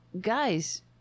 guys